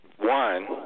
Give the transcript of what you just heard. One